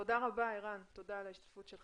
תודה רבה ערן על השתתפותך.